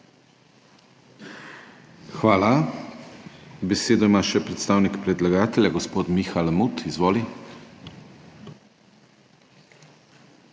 Hvala. Besedo ima še predstavnik predlagatelja, gospod Miha Lamut. Izvoli.